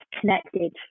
connected